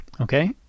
Okay